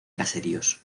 caseríos